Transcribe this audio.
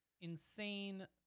insane